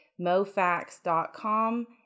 MoFax.com